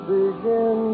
begin